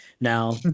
Now